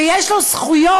ויש לו זכויות,